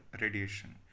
radiation